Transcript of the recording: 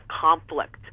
conflict